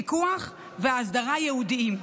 פיקוח ואסדרה ייעודיים.